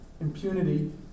impunity